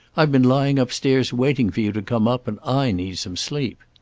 i've been lying upstairs waiting for you to come up, and i need some sleep.